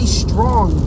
strong